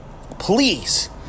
please